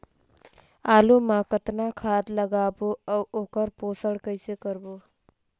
आलू मा कतना खाद लगाबो अउ ओकर पोषण कइसे करबो?